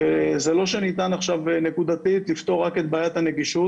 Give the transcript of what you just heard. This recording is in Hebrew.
וזה לא שאני אטען עכשיו נקודתית לפתור רק את בעיית הנגישות.